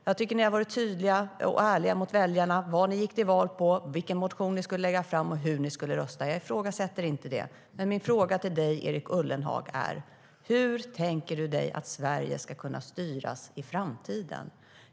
Jag tycker att ni har varit tydliga och ärliga mot väljarna med vad ni gick till val på, vilken motion ni skulle lägga fram och hur ni skulle rösta. Jag ifrågasätter inte det. Men min fråga till dig, Erik Ullenhag, är: Hur tänker du dig att Sverige ska kunna styras i framtiden?